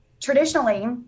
traditionally